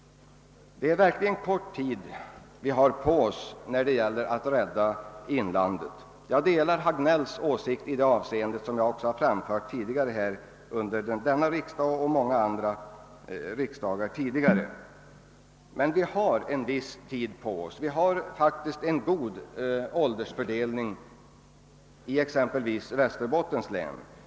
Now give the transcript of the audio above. Det är verkligen kort tid vi har på oss när det gäller att rädda inlandet. Jag delar herr Hagnells åsikt i det avseendet, vilket jag också tidigare framfört under denna riksdag och många andra riksdagar. Men vi har en viss tid på oss. Det är faktiskt en god åldersfördelning i exempelvis Västerbottens län.